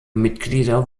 mitglieder